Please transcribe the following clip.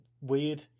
weird